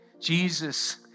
Jesus